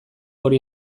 hori